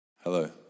Hello